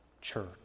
Church